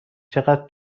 چقدر